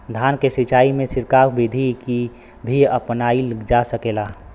धान के सिचाई में छिड़काव बिधि भी अपनाइल जा सकेला?